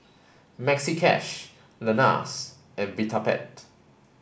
Maxi Cash Lenas and Vitapet